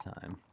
time